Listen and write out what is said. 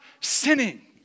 sinning